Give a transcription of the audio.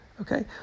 Okay